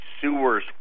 sewers